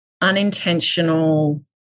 unintentional